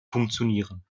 funktionieren